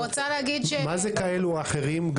מה זה כאלו או אחרים?